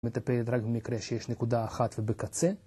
‫מטפלת רק במקרה שיש ‫נקודה אחת ובקצה.